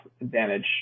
advantage